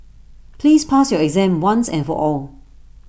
please pass your exam once and for all